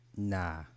nah